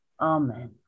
Amen